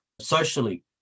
socially